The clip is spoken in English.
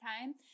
time